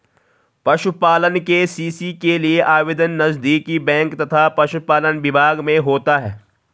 पशुपालन के.सी.सी के लिए आवेदन नजदीकी बैंक तथा पशुपालन विभाग में होता है